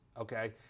okay